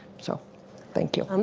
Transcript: so thank you. um